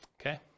Okay